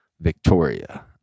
Victoria